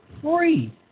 free